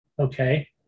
Okay